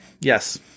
yes